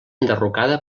enderrocada